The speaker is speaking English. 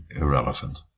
irrelevant